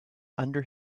under